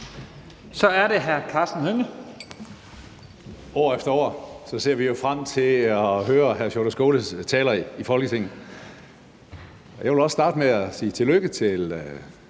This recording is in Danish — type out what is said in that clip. Kl. 23:04 Karsten Hønge (SF): År efter år ser vi jo frem til at høre hr. Sjúrður Skaales taler i Folketinget. Jeg vil også starte med at sige tillykke til